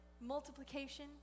multiplication